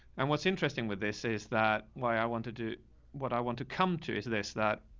and what's interesting with this is that way i want to do what i want to come to is this, that,